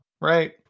Right